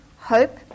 hope